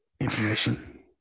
information